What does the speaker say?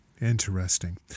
Interesting